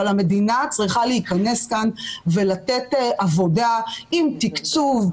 אבל המדינה צריכה להכנס כאן ולתת עבודה עם תקצוב,